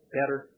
better